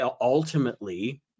ultimately